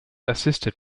assisted